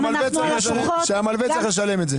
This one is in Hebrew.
והמלווה צריך לשלם את המס.